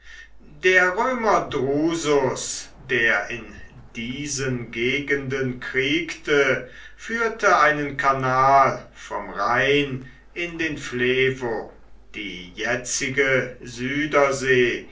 der römer drusus der in diesen gegenden kriegte führte einen kanal vom rhein in den flevo die jetzige südersee